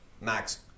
Max